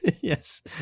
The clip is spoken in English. Yes